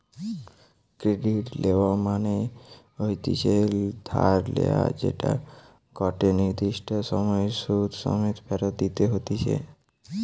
credit লেওয়া মনে হতিছে ধার লেয়া যেটা গটে নির্দিষ্ট সময় সুধ সমেত ফেরত দিতে হতিছে